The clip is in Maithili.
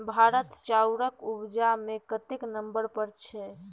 भारत चाउरक उपजा मे कतेक नंबर पर छै?